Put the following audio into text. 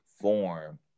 form